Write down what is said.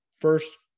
first